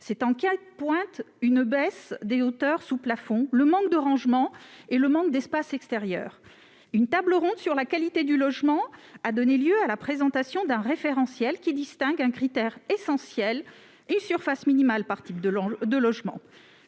Cette enquête pointe une baisse des hauteurs sous plafond, le manque de rangements et le manque d'espaces extérieurs. Une table ronde sur la qualité du logement a donné lieu à la présentation d'un référentiel, qui met en avant un critère essentiel : une surface minimale par type de logement.